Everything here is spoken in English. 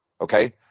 okay